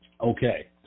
Okay